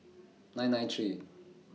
nine nine three